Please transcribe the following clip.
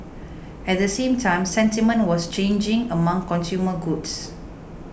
at the same time sentiment was changing among consumer goods